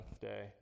day